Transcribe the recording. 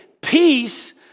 peace